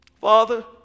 Father